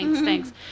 thanks